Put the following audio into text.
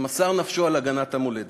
שמסר נפשו על הגנת המולדת.